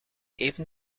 even